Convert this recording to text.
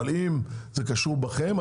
אבל אם זה קשור בכם,